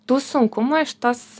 tų sunkumų iš tos